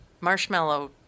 marshmallow